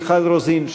מיכל רוזין,